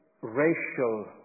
racial